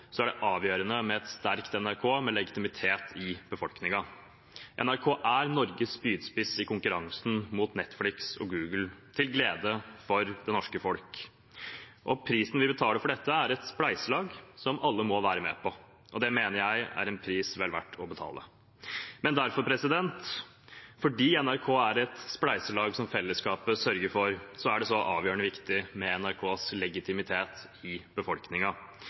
er det avgjørende med et sterkt NRK med legitimitet i befolkningen. NRK er Norges spydspiss i konkurransen mot Netflix og Google, til glede for det norske folk. Prisen vi betaler for dette, er et spleiselag som alle må være med på. Det mener jeg er en pris vel verdt å betale. Men derfor, fordi NRK er et spleiselag som fellesskapet sørger for, er det så avgjørende viktig med NRKs legitimitet i